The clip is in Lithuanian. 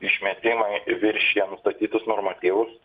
išmetimai viršija nustatytus normatyvus